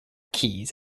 keys